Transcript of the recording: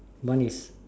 one is